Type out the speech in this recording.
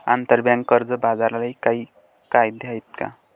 आंतरबँक कर्ज बाजारालाही काही कायदे आहेत का?